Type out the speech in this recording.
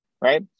Right